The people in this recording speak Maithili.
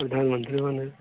प्रधानमन्त्री बनै